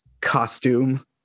costume